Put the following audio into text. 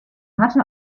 hatte